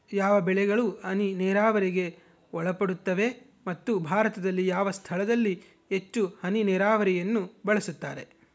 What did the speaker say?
ಯಾವ ಬೆಳೆಗಳು ಹನಿ ನೇರಾವರಿಗೆ ಒಳಪಡುತ್ತವೆ ಮತ್ತು ಭಾರತದಲ್ಲಿ ಯಾವ ಸ್ಥಳದಲ್ಲಿ ಹೆಚ್ಚು ಹನಿ ನೇರಾವರಿಯನ್ನು ಬಳಸುತ್ತಾರೆ?